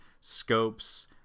Scopes